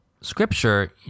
scripture